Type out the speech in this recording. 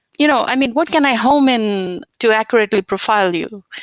you know i mean, what can i home in to accurately profile you?